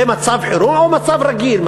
זה מצב חירום או מצב רגיל?